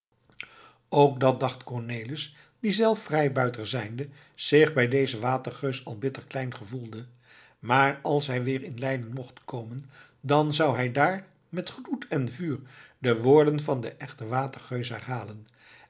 ook dat dacht cornelis die zelf vrijbuiter zijnde zich bij dezen watergeus al bitter klein gevoelde maar als hij weer in leiden mocht komen dan zou hij daar met gloed en vuur de woorden van den echten watergeus herhalen